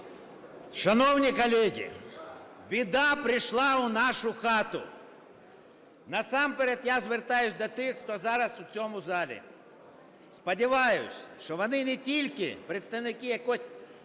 Шановні колеги, біда прийшла у нашу хату. Насамперед я звертаюсь до тих, хто зараз у цьому залі. Сподіваюсь, що вони не тільки представники якоїсь